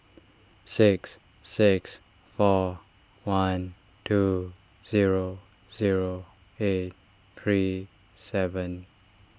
six six four one two zero zero eight three seven